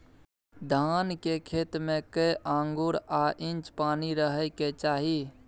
धान के खेत में कैए आंगुर आ इंच पानी रहै के चाही?